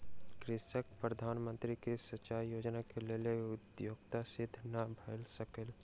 कृषकक प्रधान मंत्री कृषि सिचाई योजना के लेल योग्यता सिद्ध नै भ सकल